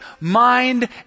mind